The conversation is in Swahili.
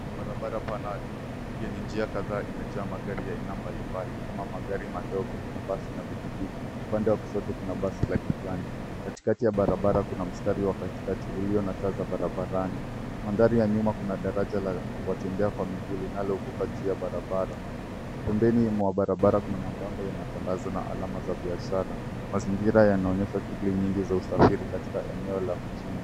Barabara pana yenye njia kadhaa imejaa magari ya aina mbalimbali kama magari madogo, mabasi na pikipiki. Upande wa kushoto kuna basi la kijani. Katikati ya barabara kuna mstari wa katikati ulio na taa za barabarani. Mandhari ya nyuma kuna daraja la watembea kwa miguu linalovuka juu ya barabara. Pembeni mwa barabara kuna mabango ya matangazo na alama za biashara. Mazingira yanaonyesha shughuli nyingi za usafiri katika eneo la mjini.